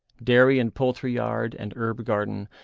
dairy and poultry-yard, and herb garden,